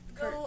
go